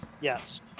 Yes